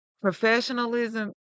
professionalism